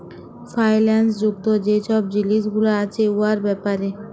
ফাইল্যাল্স যুক্ত যে ছব জিলিস গুলা আছে উয়ার ব্যাপারে